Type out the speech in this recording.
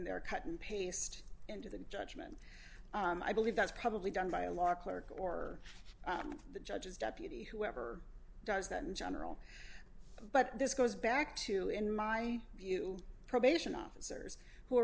they're cut and paste into the judgment i believe that's probably done by a large clerk or the judges deputy whoever does that in general but this goes back to in my view probation officers who are